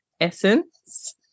essence